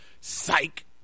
Psych